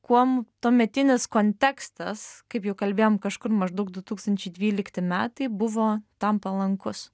kuom tuometinis kontekstas kaip jau kalbėjom kažkur maždaug du tūkstančiai dvylikti metai buvo tam palankus